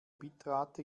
bitrate